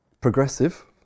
progressive